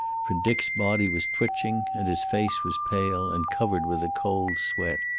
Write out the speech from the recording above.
for dick's body was twitching, and his face was pale and covered with a cold sweat.